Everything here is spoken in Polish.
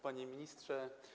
Panie Ministrze!